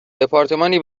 دپارتمانی